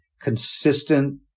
consistent